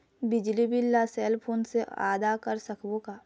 बिजली बिल ला cell phone से आदा कर सकबो का?